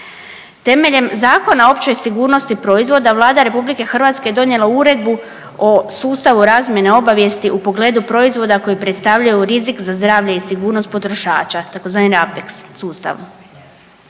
Temeljem Zakona o općoj sigurnosti proizvoda Vlada Republike Hrvatske je donijela Uredbu o sustavu razmjene obavijesti u pogledu proizvoda koji predstavljaju rizik za zdravlje i sigurnost potrošača, tzv. RAPEX sustav.